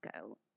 go